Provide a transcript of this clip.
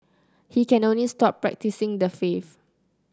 he can only stop practising the faith